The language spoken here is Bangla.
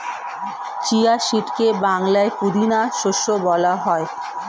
চিয়া সিডকে বাংলায় পুদিনা শস্য বলা হয়